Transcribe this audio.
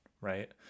right